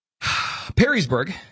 Perrysburg